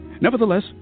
nevertheless